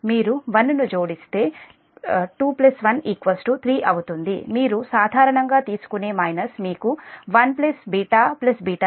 మీరు 1 ను జోడిస్తే 2 1 3 అవుతుంది మీరు సాధారణంగా తీసుకునే మైనస్ మీకు 1 β β2మీ V b అవుతుంది